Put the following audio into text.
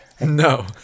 No